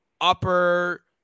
upper